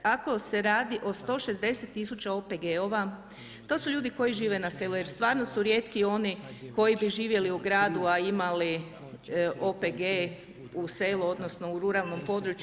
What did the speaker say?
Ako se radi o 160 000 OPG-ova to su ljudi koji žive na selu, jer stvarno su rijetki oni koji bi živjeli u gradu, a imali OPG u selu, odnosno u ruralnom području.